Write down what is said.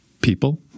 people